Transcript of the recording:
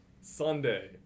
Sunday